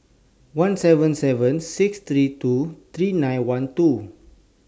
one seven seven six three two three nine one two